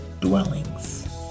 dwellings